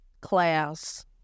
class